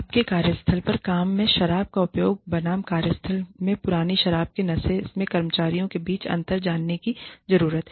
आपको कार्यस्थल पर काम में शराब के उपयोग बनाम कार्यस्थल में पुरानी शराब के नशे में कर्मचारियों के बीच अंतर जानने की जरूरत है